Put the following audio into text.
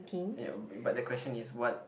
ya but the question is what